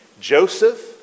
Joseph